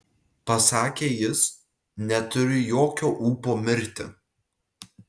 pasakė jis neturiu jokio ūpo mirti